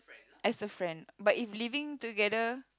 as a friend but if living together